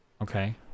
Okay